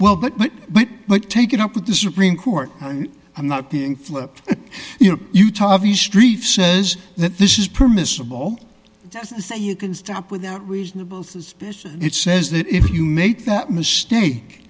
well but but but but take it up with the supreme court and i'm not being flip you know utah the streets says that this is permissible just to say you can stop without reasonable suspicion it says that if you make that mistake